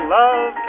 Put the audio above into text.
love